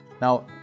Now